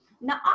Now